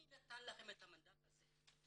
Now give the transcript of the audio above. מי נתן לכם את המנדט הזה?